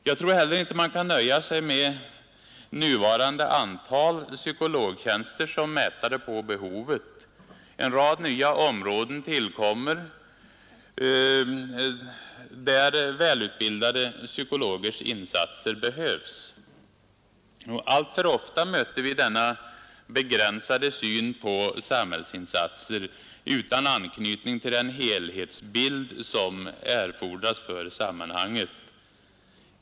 Jag tror heller inte man kan nöja sig med nuvarande antal psykologtjänster som mätare på behovet. En rad nya områden tillkommer, där välutbildade psykologers insatser behövs. Alltför ofta möter vi denna begränsade syn på samhällsinsatser, utan anknytning till den helhetsbild som erfordras för sammanhanget.